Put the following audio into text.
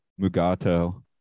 Mugato